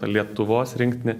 lietuvos rinktinė